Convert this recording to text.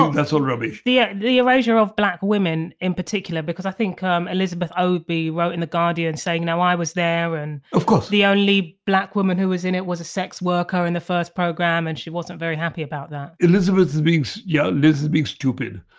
that's all rubbish the yeah the erasure of black women in particular because i think um elizabeth obi wrote in the guardian saying no i was there and. of course the only black woman who was in it was a sex worker in the first program and she wasn't very happy about that elizabeth's being so ya, liz is being stupid,